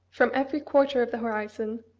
from every quarter of the horizon,